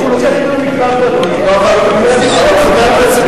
המקרה הפרטי,